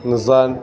Nissan